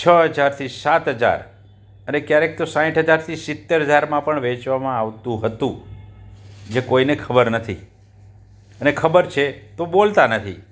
છ હજારથી સાત હજાર અને ક્યારેક તો સાઠ હજારથી સિત્તેર હજારમાં પણ વેચવામાં આવતું હતું જે કોઈને ખબર નથી અને ખબર છે તો બોલતા નથી